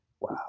Wow